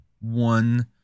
one